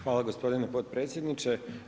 Hvala gospodine potpredsjedniče.